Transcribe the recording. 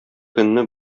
көнне